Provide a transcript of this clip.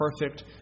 perfect